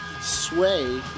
sway